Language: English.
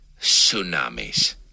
tsunamis